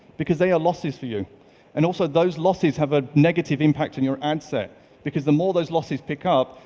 because they are losses for you and also, those losses have a negative impact on your ad set because the more those losses pick up,